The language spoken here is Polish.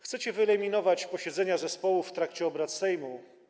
Chcecie wyeliminować posiedzenia zespołów w trakcie obrad Sejmu.